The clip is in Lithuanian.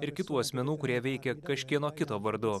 ir kitų asmenų kurie veikė kažkieno kito vardu